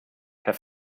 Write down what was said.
herr